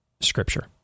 scripture